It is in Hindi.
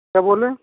क्या बोलें